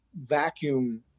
vacuum